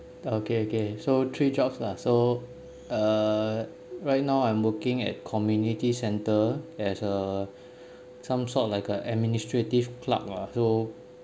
okay okay so three jobs lah so uh right now I'm king at community centre as a some sort like a administrative clerk lah so